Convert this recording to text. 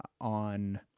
on